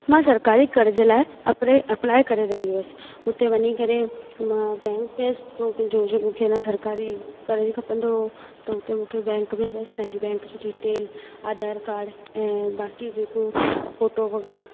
मां सरकारी करर्ज़ लाइ अप अप्लाए करे रही हुअसि हुते वञी करे मां बैंक में मूंखे न सरकारी कर्ज़ु खपंदो हुओ त हुते मूंखे बैंक में बसि पंहिंजे बैंक जी डिटेल आधार काड ऐं बाकी जेको फोटो वग़ैरह